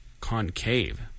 Concave